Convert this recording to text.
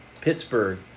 Pittsburgh